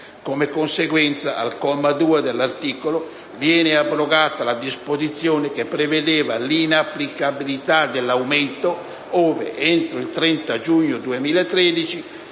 alla lettera *b)* del comma 1 dell'articolo 11, viene abrogata la disposizione che prevedeva l'inapplicabilità dell'aumento ove, entro il 30 giugno 2013,